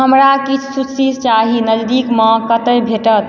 हमरा किछु सुशी चाही नजदीकमे कतय भेटत